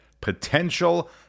potential